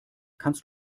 kannst